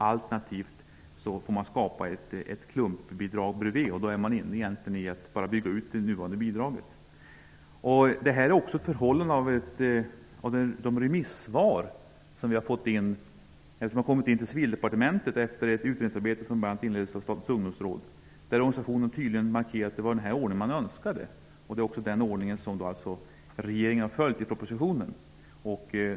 Alternativt får man skapa ett klumpbidrag vid sidan om, och det blir då helt enkelt fråga om en utbyggnad av det nuvarande bidraget. Det är också en konsekvens av de remissvar som har kommit in till Civildepartementet efter ett utredningsarbete som inletts bl.a. av Statens ungdomsråd. Organisationerna har där tydligt markerat att detta är den ordning som man önskar, och detta önskemål har regeringen följt i propositionen.